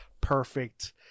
perfect